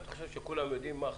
אתה חושב שכולם יודעים מה החששות?